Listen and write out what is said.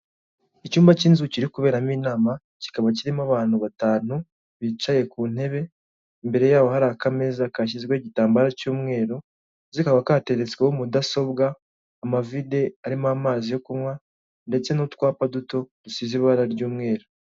Icyumba k'inzu kiri kuberamo inama kikaba kirimo abantu batanu, bicaye ku ntebe imbere yabo hari akameza kashyizweho igitambaro cy'umweru, kikaba kateretsweho mudasobwa amavide arimo amazi yo kunywa, ndetse n'utwapa duto dusize ibara ry'umweru.